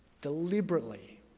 deliberately